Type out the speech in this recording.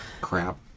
crap